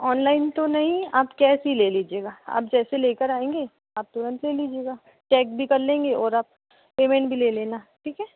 online तो नहीं आप कैश ही ले लीजिएगा आप जैसे लेकर आएँगे आप तुरन्त ले लीजिएगा चेक भी कर लेंगे और आप पेमेन्ट भी ले लेना ठीक है